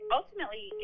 ultimately